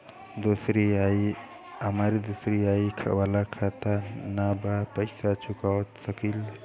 हमारी दूसरी आई वाला खाता ना बा पैसा चुका सकत हई?